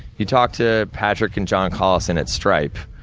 you talk to patrick and john collison at stripe.